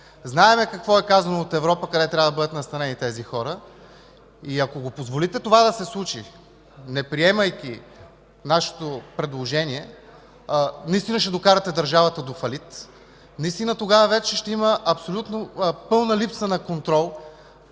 Знаем какво е казано от Европа – къде трябва да бъдат настанени тези хора. Ако позволите това да се случи, неприемайки нашето предложение, наистина ще докарате държавата до фалит, наистина тогава вече ще има абсолютно пълна липса на контрол